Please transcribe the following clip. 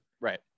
Right